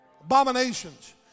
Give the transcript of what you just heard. abominations